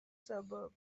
suburb